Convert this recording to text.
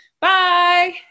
Bye